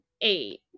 eight